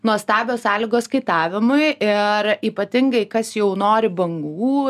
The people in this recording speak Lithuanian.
nuostabios sąlygos kaitavimui ir ypatingai kas jau nori bangų